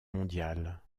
mondiale